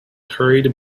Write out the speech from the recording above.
hurried